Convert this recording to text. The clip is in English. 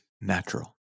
natural